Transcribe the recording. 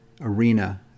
arena